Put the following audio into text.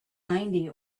ninety